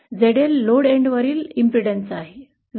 ZL load एन्डवरील बाधा VL IL च्या समान आहे आणि ते ZL बरोबर आहे